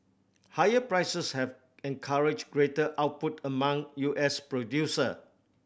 higher prices have encouraged greater output among U S producer